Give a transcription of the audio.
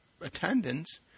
attendance